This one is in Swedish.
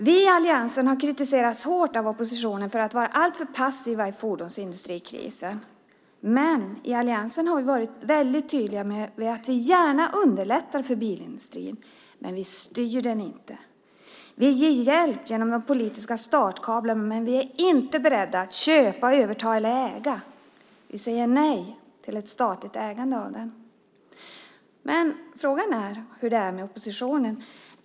Vi i alliansen har kritiserats hårt av oppositionen för att vara alltför passiva i fordonsindustrikrisen. Vi i alliansen har varit mycket tydliga med att vi gärna underlättar för bilindustrin, men vi styr den inte. Vi ger hjälp genom de politiska startkablarna, men vi är inte beredda att köpa, överta eller äga. Vi säger nej till ett statligt ägande av den svenska bilindustrin. Frågan är hur det är med oppositionen.